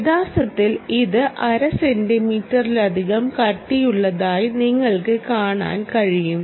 യഥാർത്ഥത്തിൽ ഇത് അര സെന്റിമീറ്ററിലധികം കട്ടിയുള്ളതായി നിങ്ങൾക്ക് കാണാൻ കഴിയും